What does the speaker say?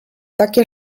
takie